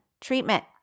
treatment